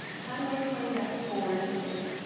how do i find that four here?